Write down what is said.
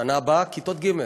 בשנה הבאה, כיתות ג',